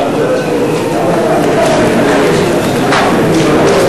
חוק הפסיכולוגים (תיקון מס' 6),